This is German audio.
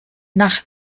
nach